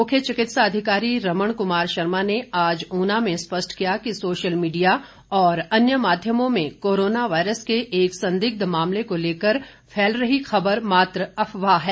मुख्य चिकित्सा अधिकारी रमण कुमार शर्मा ने आज ऊना में स्पष्ट किया कि सोशल मीडिया और अन्य माध्यमों में कोरोना वायरस के एक संदिग्ध मामले को लेकर फैल रही खबर मात्र अफवाह है